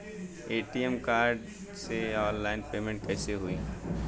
ATM card से online payment कैसे होई?